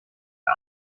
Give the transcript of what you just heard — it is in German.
der